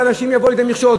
ואנשים יבואו לידי מכשול?